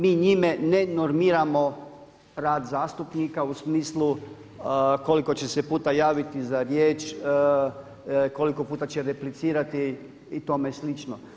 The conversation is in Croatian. Mi njime ne normiramo rad zastupnika u smislu koliko će se puta javiti za riječ, koliko puta će replicirati i tome slično.